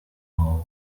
wawe